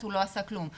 שהוא לא עשה כלום.